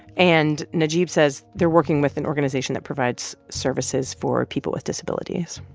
and najeeb says they're working with an organization that provides services for people with disabilities.